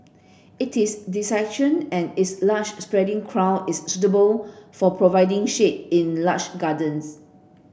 it is and its large spreading crown is suitable for providing shade in large gardens